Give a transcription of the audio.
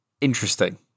interesting